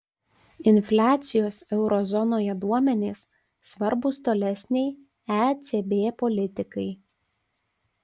infliacijos euro zonoje duomenys svarbūs tolesnei ecb politikai